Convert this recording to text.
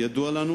ידוע לנו